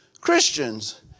Christians